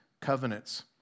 covenants